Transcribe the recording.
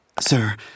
sir